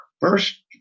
first